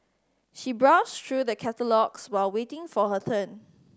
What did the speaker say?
she browsed through the catalogues while waiting for her turn